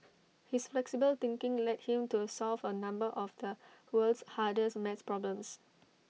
his flexible thinking led him to solve A number of the world's hardest math problems